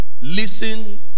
listen